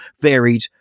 varied